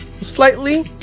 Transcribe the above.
slightly